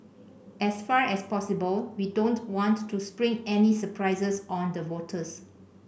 as far as possible we don't want to spring any surprises on the voters